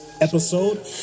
episode